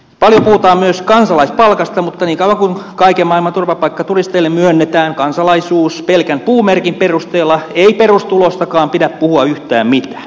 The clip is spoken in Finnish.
paljon puhutaan myös kansalaispalkasta mutta niin kauan kuin kaiken maailman turvapaikkaturisteille myönnetään kansalaisuus pelkän puumerkin perusteella ei perustulostakaan pidä puhua yhtään mitään